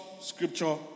scripture